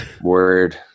word